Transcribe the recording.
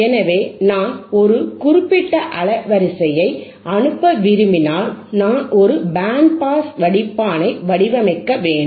எனவே நான் ஒரு குறிப்பிட்ட அலைவரிசையை அனுப்ப விரும்பினால் நான் ஒரு பேண்ட் பாஸ் வடிப்பானை வடிவமைக்க வேண்டும்